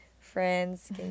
friends